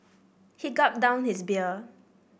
he gulped down his beer